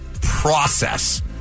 process